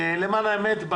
למען האמת,